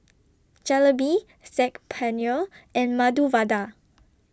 Jalebi Saag Paneer and Medu Vada